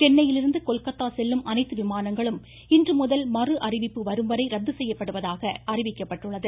சென்னையிலிருந்து கொல்கத்தா செல்லும் அனைத்து விமானங்களும் இன்றுமுதல் மறு அறிவிப்பு வரும்வரை ரத்து செய்யப்படுவதாக தெரிவிக்கப்பட்டுள்ளது